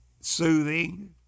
soothing